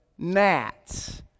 Gnats